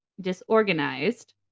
disorganized